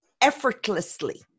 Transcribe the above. effortlessly